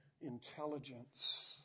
intelligence